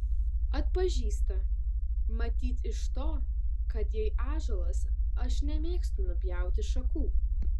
atpažįsta matyt iš to kad jei ąžuolas aš nemėgstu nupjauti šakų